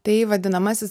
tai vadinamasis